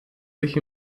sich